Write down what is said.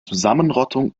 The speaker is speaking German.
zusammenrottung